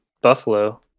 Buffalo